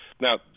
Now